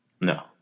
No